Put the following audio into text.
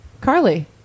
Carly